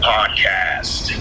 Podcast